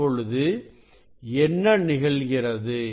இப்பொழுது என்ன நிகழ்கிறது